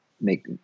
make